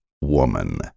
woman